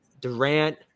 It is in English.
Durant